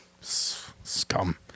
Scum